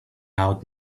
out